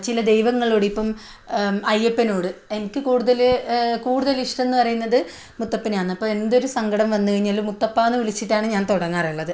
ചില ദൈവങ്ങളോട് ഇപ്പം അയ്യപ്പനോട് എനിക്ക് കൂടുതൽ കൂടുതൽ ഇഷ്ടമെന്ന് പറയുന്നത് മുത്തപ്പനെയാണ് അപ്പോൾ എന്തൊരു സങ്കടം വന്ന് കഴിഞ്ഞാലും മുത്തപ്പായെന്ന് വിളിച്ചിട്ടാണ് ഞാൻ തുടങ്ങാറുള്ളത്